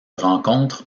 rencontre